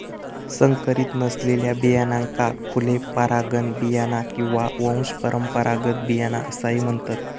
संकरीत नसलेल्या बियाण्यांका खुले परागकण बियाणा किंवा वंशपरंपरागत बियाणा असाही म्हणतत